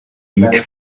each